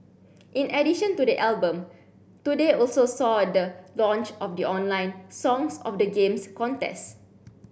in addition to the album today also saw the launch of the online Songs of the Games contest